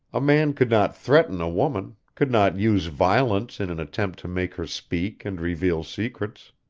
a man could not threaten a woman, could not use violence in an attempt to make her speak and reveal secrets.